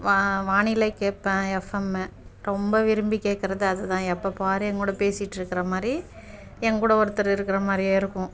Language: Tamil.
வா வானிலை கேட்பேன் எஃப் ரொம்ப விரும்பி கேட்குறது அது தான் எப்போ பார் என் கூட பேசிகிட்டு இருக்கிற மாதிரி எங்கள் கூட ஒருத்தர் இருக்கிற மாதிரியே இருக்கும்